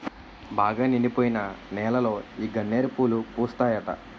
బాగా నిండిపోయిన నేలలో ఈ గన్నేరు పూలు పూస్తాయట